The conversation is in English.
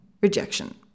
rejection